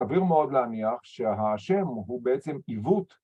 סביר מאוד להניח שהשם הוא בעצם עיוות